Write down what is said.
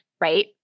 right